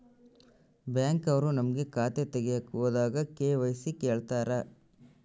Bank ಅವ್ರು ನಮ್ಗೆ ಖಾತೆ ತಗಿಯಕ್ ಹೋದಾಗ ಕೆ.ವೈ.ಸಿ ಕೇಳ್ತಾರಾ?